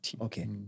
Okay